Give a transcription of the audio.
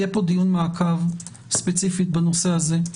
יהיה פה דיון מעקב ספציפית בנושא הזה,